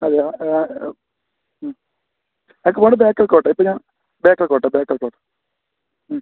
അതെയോ എനിക്ക് പോണ്ട ബേക്കൽ കോട്ട ഇപ്പം ഞാൻ ബേക്കൽ കോട്ട ബേക്കൽ കോട്ട